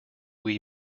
wee